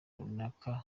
runaka